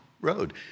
road